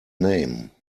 name